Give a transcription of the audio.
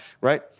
right